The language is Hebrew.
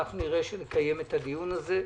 נראה שנקיים את הדיון הזה.